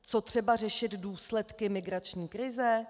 Co třeba řešit důsledky migrační krize?